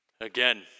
Again